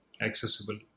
accessible